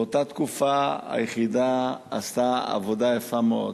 באותה תקופה היחידה עשתה עבודה יפה מאוד.